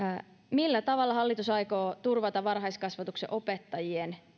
millä tavalla hallitus aikoo turvata varhaiskasvatuksen opettajien